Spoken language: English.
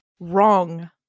Wrong